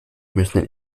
müssen